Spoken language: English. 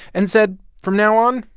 and said, from now on,